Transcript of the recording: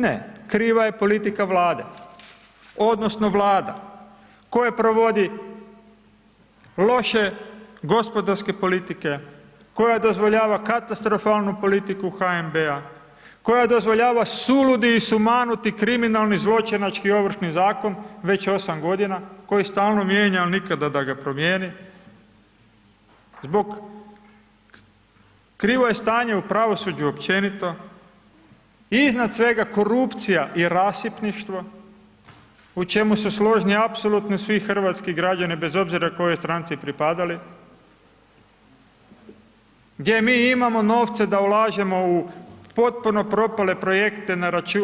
Ne, kriva je politika vlade, odnosno, vlada, koja provodi loše gospodarske politike, koja dozvoljava katastrofalnu politiku HNB-a, koja dozvoljava suludi i sumanuti kriminalni zločinački ovršni zakon već 8 g. koji je stalno mijenjan, ali nikada da ga promijeni, zbog krivo je stanje u pravosuđu općenito, iznad svega korupcija i rasipništvo, u čemu su složni apsolutno svi hrvatski građani, bez obzira kojoj stranci propadali, gdje mi imamo novce da ulažemo u potpuno propale projekte